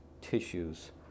tissues